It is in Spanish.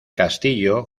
castillo